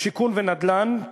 שיכון ונדל"ן,